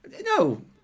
no